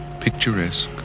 picturesque